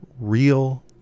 real